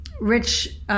rich